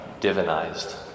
divinized